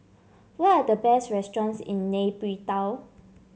what are the best restaurants in Nay Pyi Taw